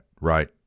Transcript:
right